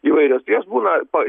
įvairios tai jos būna toj